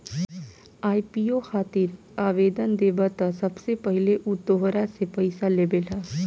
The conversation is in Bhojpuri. आई.पी.ओ खातिर आवेदन देबऽ त सबसे पहिले उ तोहरा से पइसा लेबेला